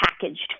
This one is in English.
packaged